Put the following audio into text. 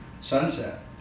Sunset